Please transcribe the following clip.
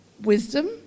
Wisdom